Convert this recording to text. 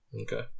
Okay